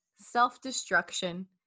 self-destruction